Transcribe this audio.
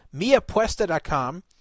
MiaPuesta.com